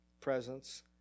presence